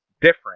different